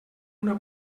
una